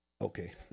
Okay